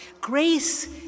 Grace